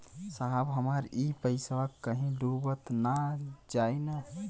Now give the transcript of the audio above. साहब हमार इ पइसवा कहि डूब त ना जाई न?